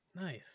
nice